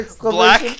black